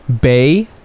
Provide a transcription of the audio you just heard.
bay